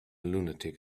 lunatic